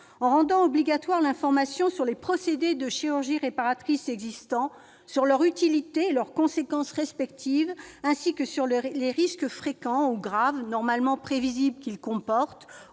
En rendant obligatoire l'information sur les procédés de chirurgie réparatrice existants, sur leur utilité et leurs conséquences respectives ainsi que sur les risques fréquents ou graves normalement prévisibles qu'ils comportent,